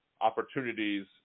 opportunities